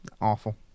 Awful